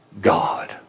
God